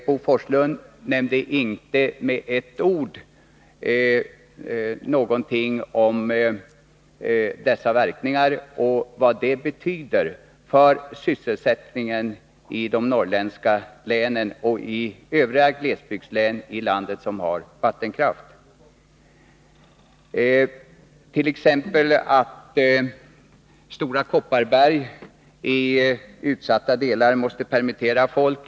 Bo Forslund sade inte ett ord om dessa verkningar och vad de betyder för sysselsättningen i de norrländska länen och i övriga glesbygdslän i landet som har vattenkraft. Så t.ex. måste Stora Kopparberg i utsatta delar permittera folk.